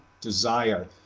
desire